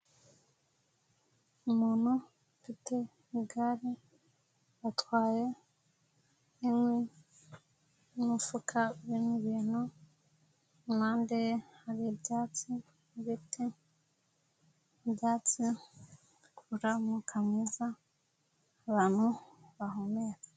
Umuntu ufite igare atwaye inkwi n'umufuka urimo ibintu, impande ye hari ibyatsi, ibiti, ibyatsi bikurura umuwuka mwiza, abantu bahumeka.